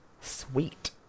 sweet